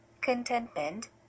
contentment